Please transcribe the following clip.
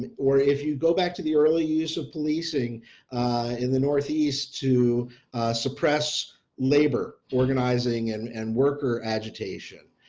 or if you go back to the early use of policing in the northeast to suppress labor organizing and and worker agitation,